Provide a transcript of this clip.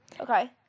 Okay